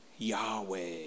Yahweh